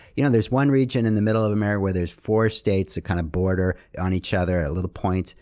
you know, there's one region in the middle of america where there's four states that kind of border on each other, a little point,